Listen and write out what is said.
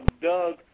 Doug